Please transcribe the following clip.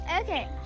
Okay